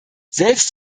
selbst